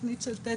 בתוכנית של ט',